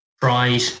pride